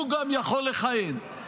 גם יכול לכהן.